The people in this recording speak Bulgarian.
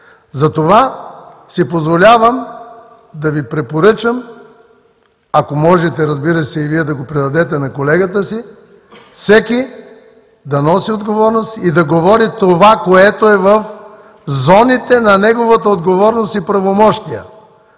Затова си позволявам да Ви препоръчам, ако можете, разбира се, и Вие да го предадете на колегата си – всеки да носи отговорност и да говори това, което е в зоните на неговата отговорност и правомощия.